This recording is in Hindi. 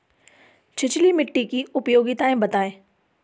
छिछली मिट्टी की उपयोगिता बतायें?